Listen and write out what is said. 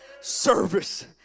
service